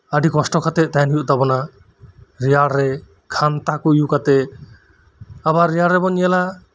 ᱟᱰᱤ ᱠᱚᱥᱴᱚ ᱠᱟᱛᱮᱜ ᱛᱟᱦᱮᱸᱱ ᱦᱩᱭᱩᱜ ᱛᱟᱵᱚᱱᱟ ᱨᱮᱭᱟᱲ ᱨᱮ ᱠᱷᱟᱱᱛᱟ ᱠᱚ ᱩᱭᱩ ᱠᱟᱛᱮᱜ ᱟᱵᱟᱨ ᱨᱮᱭᱟᱲ ᱨᱮᱵᱚᱱ ᱧᱮᱞᱟ